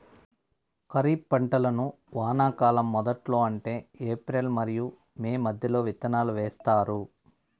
ఖరీఫ్ పంటలను వానాకాలం మొదట్లో అంటే ఏప్రిల్ మరియు మే మధ్యలో విత్తనాలు వేస్తారు